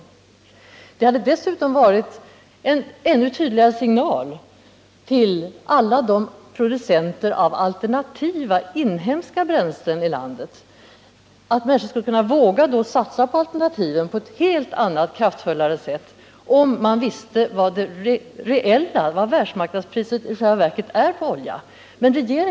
Åtgärderna hade dessutom utgjort en ännu tydligare signal för alla landets producenter av alternativa, inhemska bränslen. Människor hade vågat satsa på alternativen på ett helt annat och kraftfullare sätt, om de hade vetat vilket det reella oljepriset på världsmarknaden var.